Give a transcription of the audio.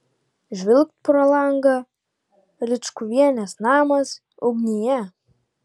žvilgt pro langą ričkuvienės namas ugnyje